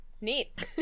Neat